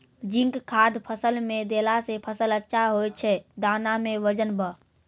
zinc खाद फ़सल मे देला से फ़सल अच्छा होय छै दाना मे वजन ब